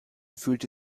fühlte